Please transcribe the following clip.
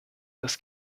das